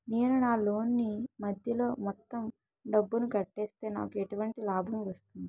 నేను నా లోన్ నీ మధ్యలో మొత్తం డబ్బును కట్టేస్తే నాకు ఎటువంటి లాభం వస్తుంది?